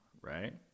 right